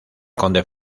conde